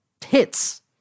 tits